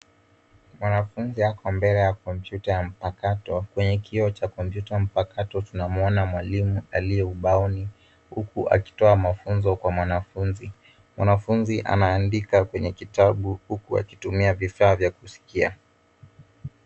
Mwanafunzi ako mbele ya kompyuta ya mpakato. Kwenye kio cha kompyuta mpakato tunamwona mwalimu aliye ubaoni, huku akitoa mafunzo kwa mwanafunzi. Mwanafunzi anaandika kwenye kitabu huku akitumia vifaa vya kusikia.